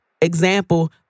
example